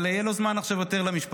אבל יהיה לו זמן עכשיו יותר למשפחה,